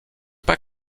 pas